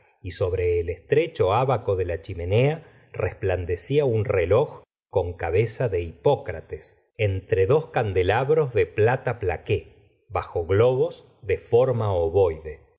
y sobre el estrecho abaco de la chimenea resplandecía un reloj con cabeza de hipócrates entre dos candela la señora de vary bros de plata plaqué bajo globos de forma ovoide